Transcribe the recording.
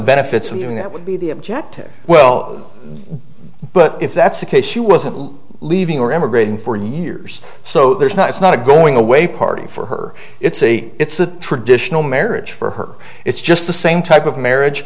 benefits of doing that would be the objective well but if that's the case she wasn't leaving or emigrating for years so there's not it's not a going away party for her it's a it's a traditional marriage for her it's just the same type of marriage